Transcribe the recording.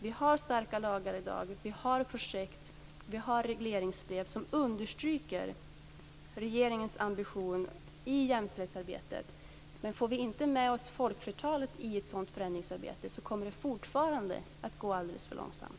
Vi har starka lagar i dag, vi har projekt, och vi har regleringsbrev som understryker regeringens ambition i jämställdhetsarbetet. Men får vi inte med oss folkflertalet i ett sådant förändringsarbete, kommer det fortfarande att gå alldeles för långsamt.